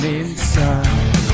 inside